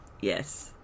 yes